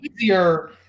easier